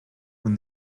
when